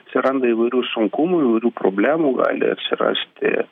atsiranda įvairių sunkumų įvairių problemų gali atsirasti